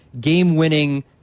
game-winning